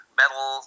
metal